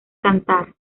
cantar